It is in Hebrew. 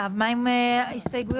מה עם הסתייגויות?